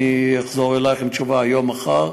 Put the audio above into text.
אני אחזור אלייך עם תשובה היום-מחר.